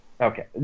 Okay